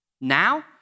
Now